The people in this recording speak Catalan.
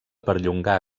perllongar